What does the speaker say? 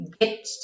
get